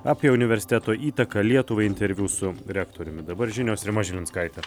apie universiteto įtaką lietuvai interviu su rektoriumi dabar žinios rima žilinskaitė